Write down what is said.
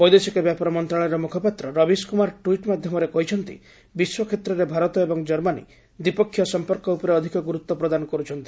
ବୈଦେଶିକ ବ୍ୟାପାର ମନ୍ତ୍ରଣାଳୟର ମୁଖପାତ୍ର ରବୀଶ କୁମାର ଟ୍ୱିଟ୍ ମାଧ୍ୟମରେ କହିଛନ୍ତି ବିଶ୍ୱକ୍ଷେତ୍ରରେ ଭାରତ ଏବଂ ଜର୍ମାନୀ ଦ୍ୱିପକ୍ଷୀୟ ସମ୍ପର୍କ ଉପରେ ଅଧିକ ଗୁରୁତ୍ୱ ପ୍ରଦାନ କରୁଛନ୍ତି